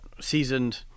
seasoned